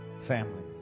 family